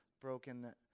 broken